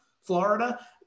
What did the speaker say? Florida